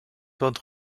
todd